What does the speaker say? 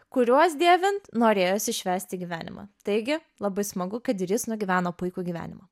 kuriuos dėvint norėjosi švęsti gyvenimą taigi labai smagu kad ir jis nugyveno puikų gyvenimą